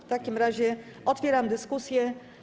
W takim razie otwieram dyskusję.